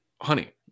honey